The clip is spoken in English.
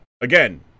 again